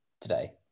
today